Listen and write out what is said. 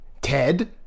Ted